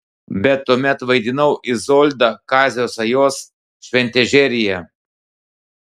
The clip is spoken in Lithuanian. bet tuomet vaidinau izoldą kazio sajos šventežeryje